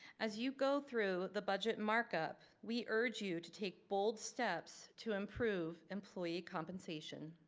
as you go through the budget markup, we urge you to take bold steps to improve employee compensation,